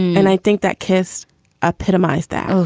and i think that kissed a pig surmised that,